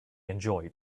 enjoyed